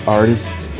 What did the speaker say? artists